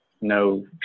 no